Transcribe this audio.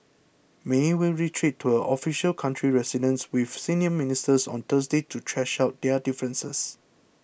may will retreat to her official country residence with senior ministers on Thursday to thrash out their differences